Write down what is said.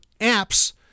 apps